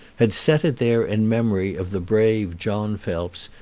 had set it there in memory of the brave john phelps,